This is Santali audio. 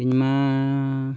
ᱤᱧᱢᱟᱻ